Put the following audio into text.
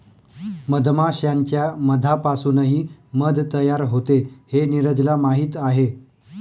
मधमाश्यांच्या मधापासूनही मध तयार होते हे नीरजला माहीत आहे